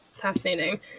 Fascinating